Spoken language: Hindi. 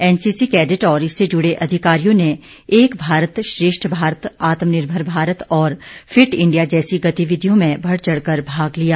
एनसीसी कैडेट और इससे जुड़े अधिकारियों ने एक भारत श्रेष्ठ भारत आत्मानिर्भर भारत और फिट इंडिया जैसी गतिविधियों में बढ़ चढ़ कर भाग लिया